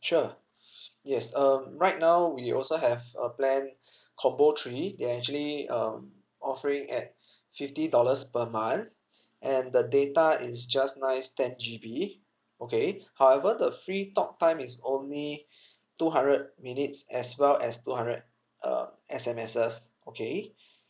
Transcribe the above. sure yes um right now we also have a plan combo three they actually um offering at fifty dollars per month and the data is just nice ten G_B okay however the free talk time is only two hundred minutes as well as two hundred uh S_M_Ses okay